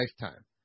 lifetime